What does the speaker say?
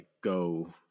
go